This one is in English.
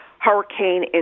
hurricane